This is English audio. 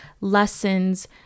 lessons